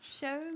Show